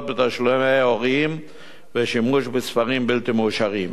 בתשלומי הורים ושימוש בספרים בלתי מאושרים.